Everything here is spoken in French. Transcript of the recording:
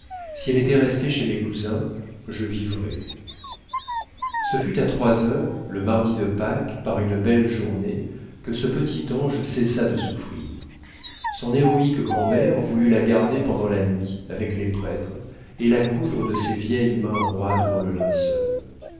si elle était restée chez mes cousins je vivrais ce fut à trois heures le mardi de pâques par une belle journée que ce petit ange cessa de souffrir son héroïque grand'mère voulut la garder pendant la nuit avec les prêtres et la coudre de ses vieilles mains roides dans le linceul